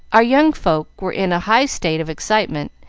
our young folks were in a high state of excitement,